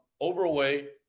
overweight